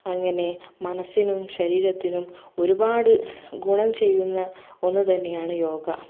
അങ്ങനെ മനസ്സിനും ശരീരത്തിനും ഒരുപാട് ഗുണം ചെയ്യുന്ന ഒന്നുതന്നെയാണ് യോഗ